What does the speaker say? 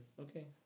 Okay